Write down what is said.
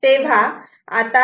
Y A'